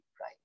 right